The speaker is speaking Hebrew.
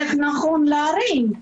איך נכון להרים וכולי.